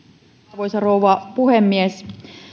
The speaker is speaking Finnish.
arvoisa rouva puhemies